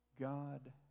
God